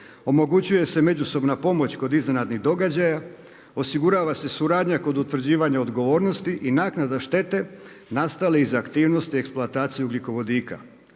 omogućuje se međusobna pomoć kod iznenadnih događaja, osigurava se suradnja kod utvrđivanja odgovornosti i naknada štete nastale iz aktivnosti eksploataciji ugljikovodika.